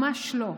ממש לא.